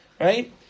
Right